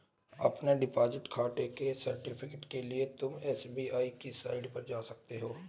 अपने डिपॉजिट खाते के सर्टिफिकेट के लिए तुम एस.बी.आई की साईट पर जा सकते हो